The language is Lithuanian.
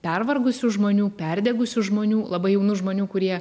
pervargusių žmonių perdegusių žmonių labai jaunų žmonių kurie